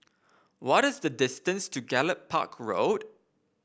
what is the distance to Gallop Park Road